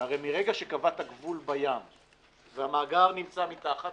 שהרי מרגע שקבעת גבול בים והמאגר נמצא מתחת,